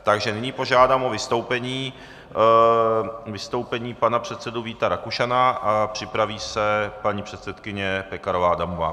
Takže nyní požádám o vystoupení pana předsedu Víta Rakušana, připraví se paní předsedkyně Pekarová Adamová.